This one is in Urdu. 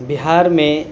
بہار میں